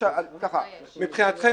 מבחינתכם,